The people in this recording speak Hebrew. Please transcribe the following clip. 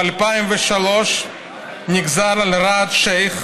ב-2003 נגזר על ראאד שייך,